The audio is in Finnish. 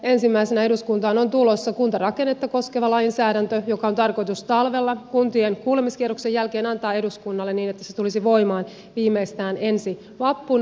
ensimmäisenä eduskuntaan on tulossa kuntarakennetta koskeva lainsäädäntö joka on tarkoitus talvella kuntien kuulemiskierroksen jälkeen antaa eduskunnalle niin että se tulisi voimaan viimeistään ensi vappuna